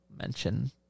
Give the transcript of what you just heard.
mention